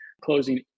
Closing